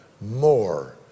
more